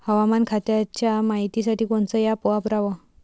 हवामान खात्याच्या मायतीसाठी कोनचं ॲप वापराव?